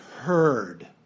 heard